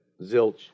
zilch